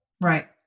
right